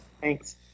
Thanks